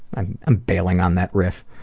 i'm i'm bailing on that riff.